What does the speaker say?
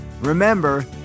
Remember